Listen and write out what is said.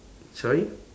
sorry